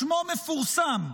שמו מפורסם,